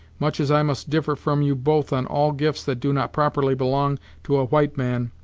much as i must differ from you both on all gifts that do not properly belong to a white man,